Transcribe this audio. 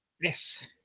Yes